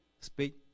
speak